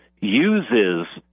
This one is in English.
uses